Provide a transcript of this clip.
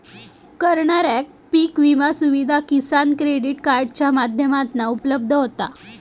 करणाऱ्याक पीक विमा सुविधा किसान क्रेडीट कार्डाच्या माध्यमातना उपलब्ध होता